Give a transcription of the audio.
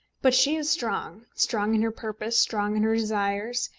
but she is strong strong in her purpose, strong in her desires,